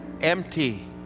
empty